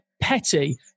petty